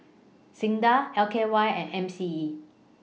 SINDA L K Y and M C E